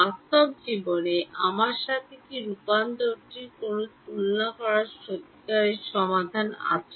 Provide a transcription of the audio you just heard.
বাস্তব জীবনে আমার সাথে কি রূপান্তরটি তুলনা করার সত্যিকারের সমাধান আছে